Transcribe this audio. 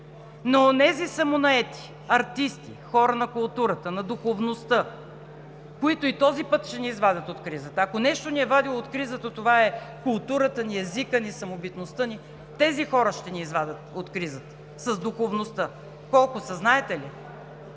онези самонаети артисти, хора на културата, на духовността, които и този път ще ни извадят от кризата. Ако нещо ни е вадило от кризата, това е културата ни, езика ни, самобитността ни, тези хора ще ни извадят от кризата с духовността. Колко са знаете ли?